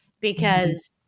because-